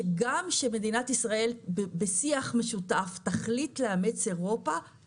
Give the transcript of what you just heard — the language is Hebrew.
שגם כשמדינת ישראל בשיח משותף תחליט לאמץ אירופה,